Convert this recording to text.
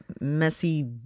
messy